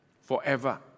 Forever